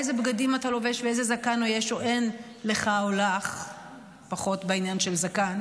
אילו בגדים אתה לובש ואיזה זקן יש או אין לךָ או לךְ פחות בעניין של זקן